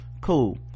cool